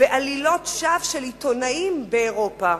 ועלילות שווא של עיתונאים באירופה.